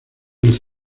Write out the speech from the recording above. luz